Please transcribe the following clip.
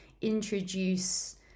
introduce